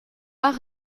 pas